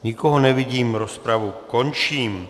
Nikoho nevidím, rozpravu končím.